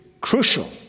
crucial